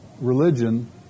religion